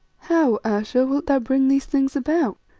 how, ayesha, wilt thou bring these things about?